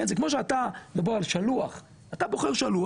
זה כמו שאתה מדבר על שלוח אתה בוחר שלוח.